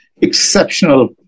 exceptional